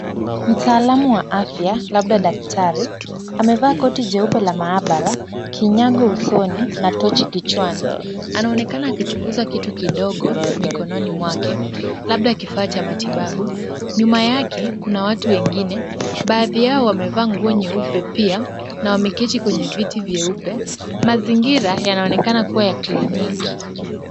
Mtaalamu wa afya labda daktari amevaa koti jeupe la maabara , kinyago usoni na tochi kichwani. Anaonekana akichunguza kitu kidogo mikononi mwake labda kifaa cha matibabu. Nyuma yake kuna watu wengine baadhi yao wamevaa nguo nyeupe pia na wameketi kwenye viti vyeupe. Mazingira yanaonekana kuwa ya kliniki.